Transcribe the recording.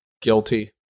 Guilty